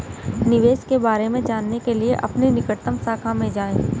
निवेश के बारे में जानने के लिए अपनी निकटतम शाखा में जाएं